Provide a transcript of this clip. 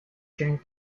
during